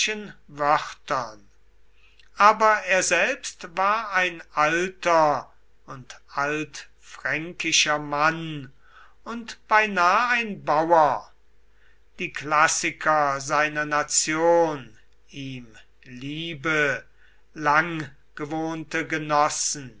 aber er selbst war ein alter und altfränkischer mann und beinah ein bauer die klassiker seiner nation ihm liebe langgewohnte genossen